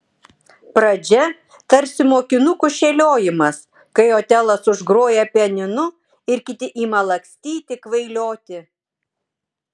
pradžia tarsi mokinukų šėliojimas kai otelas užgroja pianinu ir kiti ima lakstyti kvailioti